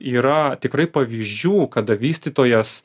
yra tikrai pavyzdžių kada vystytojas